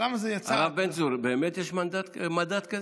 הרב בן צור, באמת יש מדד כזה?